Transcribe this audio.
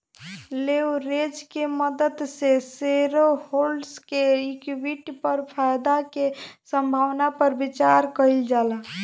leverage के मदद से शेयरहोल्डर्स के इक्विटी पर फायदा के संभावना पर विचार कइल जाला